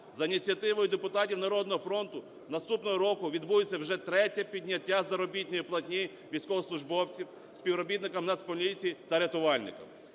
За ініціативою депутатів "Народного фронту" наступного року відбудеться вже третє підняття заробітної платні військовослужбовцям, співробітникам Нацполіції та рятувальникам.